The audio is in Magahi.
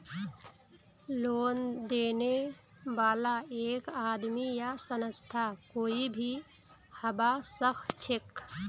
लोन देने बाला एक आदमी या संस्था कोई भी हबा सखछेक